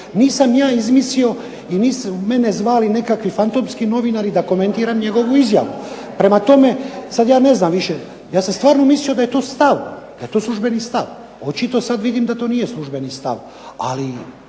Nisam ja izmislio i nisu mene zvali nekakvi fantomski novinari da komentiram njegovu izjavu. Prema tome, sad ja ne znam više, ja sam stvarno mislio da je to stav, da je to službeni stav. Očito sad vidim da to nije službeni stav, ali